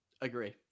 Agree